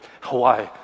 Hawaii